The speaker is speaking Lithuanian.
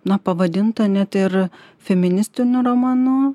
na pavadinta net ir feministiniu romanu